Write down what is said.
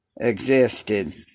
existed